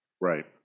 Right